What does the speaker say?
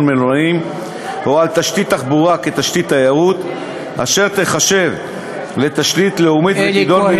מלונאיים או על תשתית תחבורה כתשתית תיירות אשר תיחשב לתשתית לאומית ותידון,